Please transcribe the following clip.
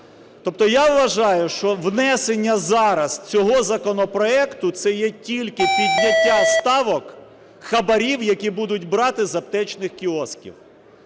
Тобто я вважаю, що внесення зараз цього законопроекту, це є тільки підняття ставок хабарів, які будуть брати з аптечних кіосків.